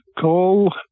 call